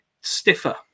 stiffer